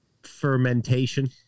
Fermentation